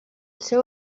seu